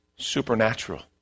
supernatural